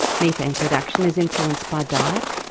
methane production is influenced by diet,